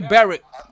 Barrett